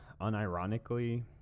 unironically